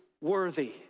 worthy